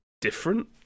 different